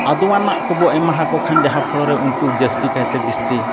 ᱟᱫᱚᱣᱟᱱᱟᱜ ᱠᱚᱵᱚᱱ ᱮᱢᱟᱠᱚ ᱠᱷᱟᱱ ᱡᱟᱦᱟᱸ ᱯᱷᱚᱲᱚᱨᱮ ᱩᱱᱠᱩ ᱡᱟᱹᱥᱛᱤ ᱠᱟᱭᱛᱮ ᱵᱮᱥᱤ